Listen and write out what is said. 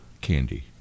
candy